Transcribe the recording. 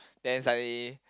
the suddenly